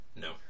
No